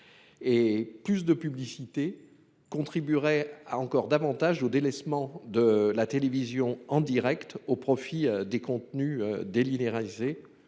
de coupures publicitaires contribuerait encore davantage au délaissement de la télévision en direct au profit des contenus délinéarisés,